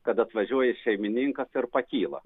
kad atvažiuoja šeimininkas ir pakyla